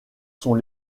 sont